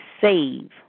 save